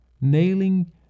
nailing